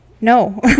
no